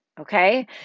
okay